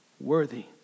worthy